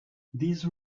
these